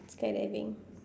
skydiving